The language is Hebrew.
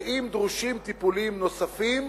ואם דרושים טיפולים נוספים,